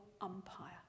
umpire